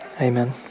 Amen